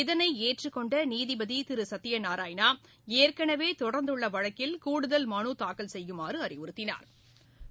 இதனை ஏற்றுக்கொண்ட நீதிபதி திரு சுத்திய நாராயணா ஏற்கனவே தொடா்ந்துள்ள வழக்கில் கூடுதல் மனு தாக்கல் செய்யுமாறு அறிவுறுத்தினாா்